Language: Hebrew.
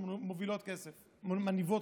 חבר הכנסת מלכיאלי, בבקשה.